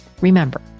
remember